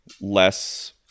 less